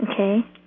Okay